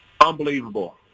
Unbelievable